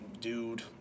dude